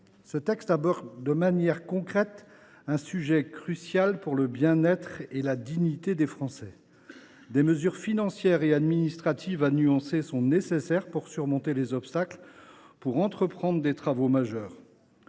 Ce texte aborde, de manière concrète, un sujet crucial pour le bien être et la dignité des Français. Des mesures financières et administratives, encore à nuancer, sont nécessaires pour surmonter les obstacles et permettre d’entreprendre des travaux majeurs.